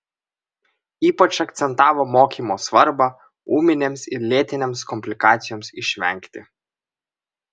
ypač akcentavo mokymo svarbą ūminėms ir lėtinėms komplikacijoms išvengti